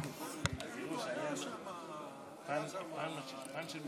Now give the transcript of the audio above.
שהיא ממשלת אחדות שהוקמה בפרט לצורך